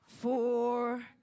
Four